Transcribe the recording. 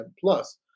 plus